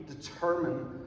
determine